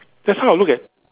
that's how I'll look at